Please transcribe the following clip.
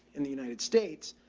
in the united states,